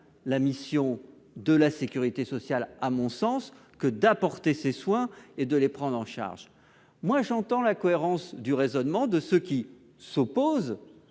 la mission de la sécurité sociale est, à mon sens, d'apporter ces soins et de les prendre en charge. J'entends la cohérence du raisonnement de ceux qui s'opposent